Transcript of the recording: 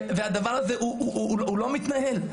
הדבר הזה לא מתנהל.